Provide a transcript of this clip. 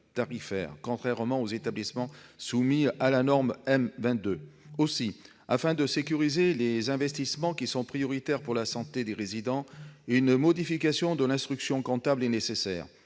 se passe pour les établissements soumis à la nomenclature M22. Aussi, afin de sécuriser les investissements prioritaires pour la santé des résidents, une modification de l'instruction comptable est nécessaire.